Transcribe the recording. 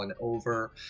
over